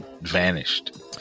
vanished